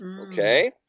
okay